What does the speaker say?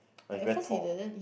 but you better tall